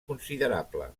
considerable